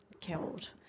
killed